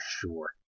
sure